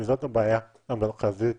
זאת הבעיה המרכזית